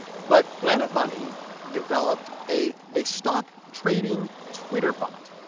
but planet money developed a a stock-trading twitter bot,